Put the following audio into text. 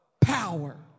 power